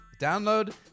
Download